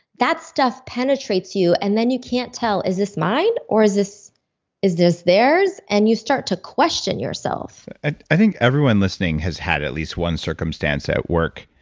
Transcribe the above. that stuff penetrates you and then you can't tell, is this mine or is this is this theirs? and you start to question yourself i think everyone listening has had at least one circumstance at work,